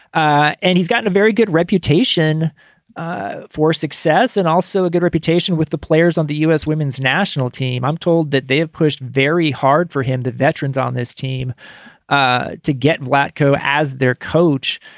ah and he's gotten a very good reputation ah for success and also a good reputation with the players on the u s. women's national team. i'm i'm told that they have pushed very hard for him the veterans on this team ah to get flacco as their coach.